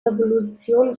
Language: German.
revolution